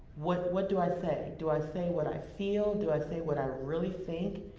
what what do i say? do i say what i feel? do i say what i really think,